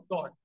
God